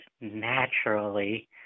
naturally